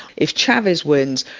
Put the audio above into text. if chavez wins,